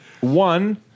One